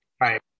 Right